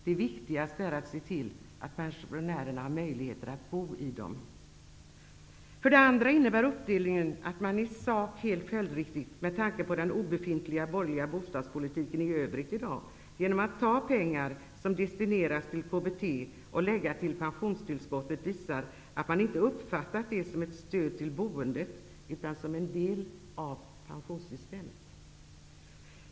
Det viktigaste är att se till att pensionärerna har möjligheter att bo i dem. Uppdelningen innebär också att man i sak, helt följdriktigt med tanke på den obefintliga borgerliga bostadspolitiken i övrigt i dag, genom att ta pengar som destinerats till KBT och lägga till pensionstillskotten visar att man inte har uppfattat dem som ett stöd till boendet, utan som en del av pensionssystemet.